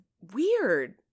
weird